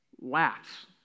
laughs